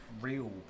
real